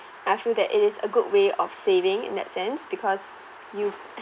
I feel that it is a good way of saving in that sense because you